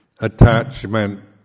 attachment